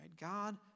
God